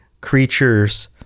creatures